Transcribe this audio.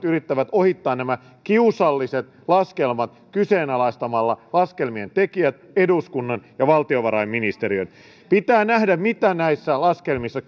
yrittävät ohittaa nämä kiusalliset laskelmat kyseenalaistamalla laskelmien tekijät eduskunnan ja valtiovarainministeriön pitää nähdä mitä näissä laskelmissa